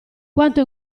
quanto